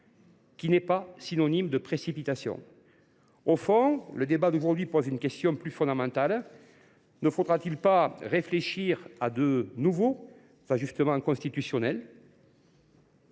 n’est pas synonyme de précipitation. Au fond, le débat que nous avons aujourd’hui soulève une question plus fondamentale : ne faudrait il pas réfléchir à de nouveaux ajustements constitutionnels ?